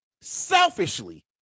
selfishly